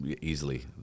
easily